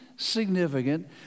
significant